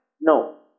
No